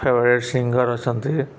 favourite singer ଅଛନ୍ତି